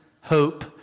hope